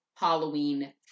Halloween